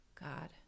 God